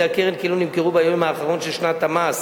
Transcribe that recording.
הקרן כאילו נמכרו ביום האחרון של שנת המס